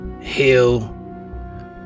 heal